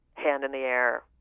hand-in-the-air